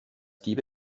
gebe